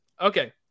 Okay